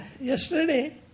Yesterday